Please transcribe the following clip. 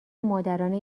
مادرانه